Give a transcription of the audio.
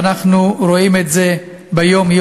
ואנחנו רואים את זה ביום-יום,